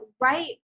right